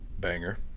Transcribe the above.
banger